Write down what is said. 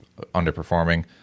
underperforming